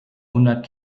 hundert